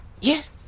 Yes